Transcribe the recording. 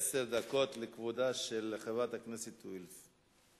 עשר דקות לכבוד חברת הכנסת וילף.